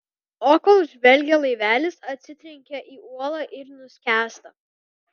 o kol žvelgia laivelis atsitrenkia į uolą ir nuskęsta